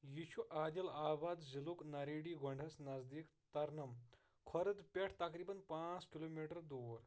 یہِ چھُ عادِل آباد ضِلعُک نیریڈی گونڈہَس نزدیٖک ترنم خورد پیٹھٕ تقریبن پانٛژھ کلوٗمیٹر دوٗر